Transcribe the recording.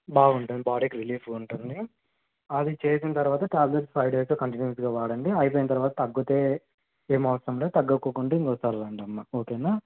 బాగుంటుంది బాడీకి రిలీఫ్గా ఉంటుంది అది చేసిన తరువాత ట్యాబ్లేట్స్ ఫైవ్ డేస్ కంటిన్యూస్గా వాడండి అయిపోయిన తరువాత తగ్గితే ఏం అవసరంలే తగ్గకుంటే ఇంకోసారి రండి అమ్మా ఓకేనా